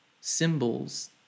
symbols